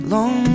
Long